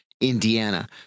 Indiana